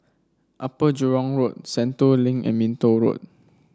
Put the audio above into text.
Upper Jurong Road Sentul Link and Minto Road